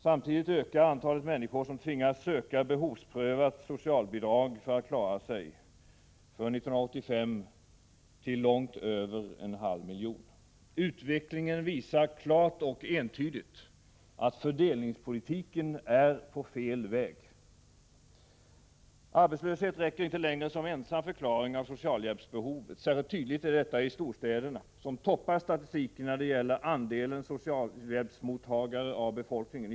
Samtidigt ökar antalet människor som tvingas söka behovsprövat socialbidrag för att klara sig, för 1985 till långt över en halv miljon. Utvecklingen visar klart och entydigt att ”fördelningspolitiken är på fel väg”! Arbetslöshet räcker inte längre som ensam förklaring av socialhjälpsbehovet. Särskilt tydligt är detta i storstäderna, som toppar statistiken när det gäller andelen socialhjälpsmottagare i befolkningen.